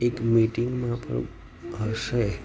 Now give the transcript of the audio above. એક મિટિંગમાં પણ હશે